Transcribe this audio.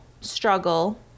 struggle